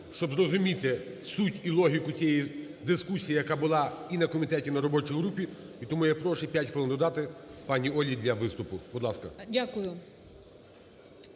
щоб зрозуміти суть і логіку цієї дискусії, яка була і на комітеті, і на робочій групі, і тому я прошу 5 хвилин додати пані Олі для виступу. Будь